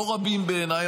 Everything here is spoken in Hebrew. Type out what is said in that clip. לא רבים בעיניי,